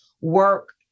work